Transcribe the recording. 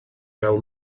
fel